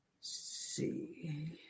see